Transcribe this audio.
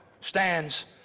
stands